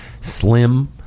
slim